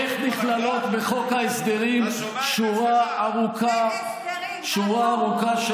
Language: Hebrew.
איך נכללת בחוק ההסדרים שורה ארוכה של